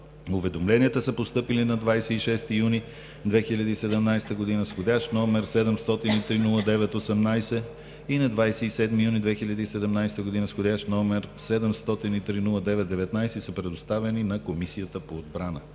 Уведомленията са постъпили на 26 юни 2017 г. с входящ № 703-09-18 и на 27 юни 2017 г. с входящ № 703-09-19 и са предоставени на Комисията по отбрана.